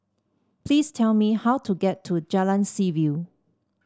please tell me how to get to Jalan Seaview